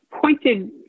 pointed